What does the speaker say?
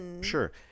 Sure